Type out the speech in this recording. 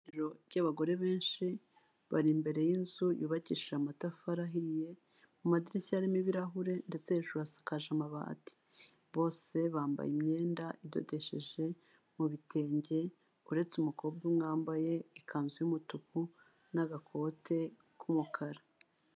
Ibiro by'abagore benshi bari imbere y'inzu yubakishije amatafari ahiye, amadirishya arimo ibirahure ndetse hejuru hasakaje amabati, bose bambaye imyenda idodesheje mu bitenge uretse umukobwa umwe wambaye ikanzu y'umutuku n'agakote k'umukara.